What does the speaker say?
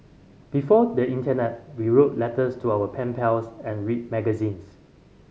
before the internet we wrote letters to our pen pals and read magazines